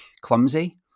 clumsy